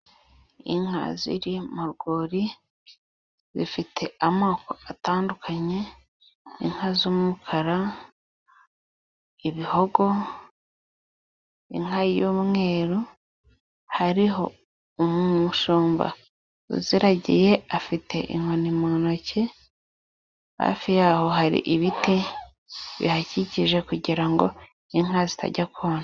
Inka ziri mu rwuri zifite amoko atandukanye:inka z'umukara, ibihogo, inka y'umweru hariho umushumba uziragiye afite inkoni mu ntoki, hafi yaho hari ibiti bihakikije kugira ngo inka zitajya kona.